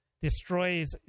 destroys